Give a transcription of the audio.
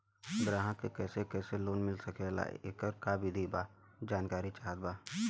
ग्राहक के कैसे कैसे लोन मिल सकेला येकर का विधि बा जानकारी चाहत बा?